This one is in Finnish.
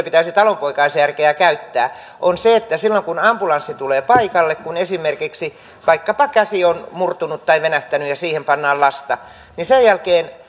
pitäisi talonpoikaisjärkeä käyttää on se että silloin kun ambulanssi tulee paikalle kun esimerkiksi vaikkapa käsi on murtunut tai venähtänyt ja siihen pannaan lasta niin sen jälkeen